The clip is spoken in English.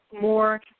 more